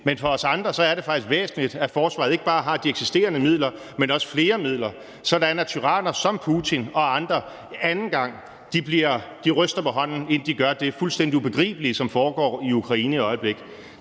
Men for os andre er det faktisk væsentligt, at forsvaret ikke bare har de eksisterende midler, men også flere midler, sådan at tyranner som Putin og andre en anden gang ryster på hånden, før de gør det fuldstændig ubegribelige, som foregår i Ukraine i øjeblikket.